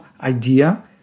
idea